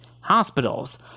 hospitals